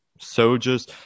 soldiers